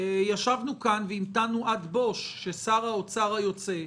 ישבנו כאן והמתנו עד בוש ששר האוצר היוצא,